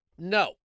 No